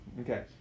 Okay